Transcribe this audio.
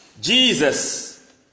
Jesus